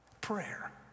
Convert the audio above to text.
Prayer